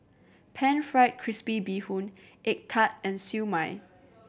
Pan Fried Crispy Bee Hoon egg tart and Siew Mai